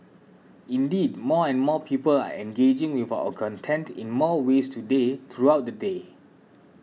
indeed more and more people are engaging with our content in more ways today throughout the day